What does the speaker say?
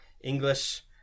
English